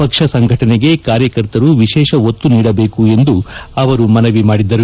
ಪಕ್ಷ ಸಂಘಟನೆಗೆ ಕಾರ್ಯಕರ್ತರು ವಿಶೇಷ ಒತ್ತು ನೀಡಬೇಕು ಎಂದು ಮನವಿ ಮಾಡಿದರು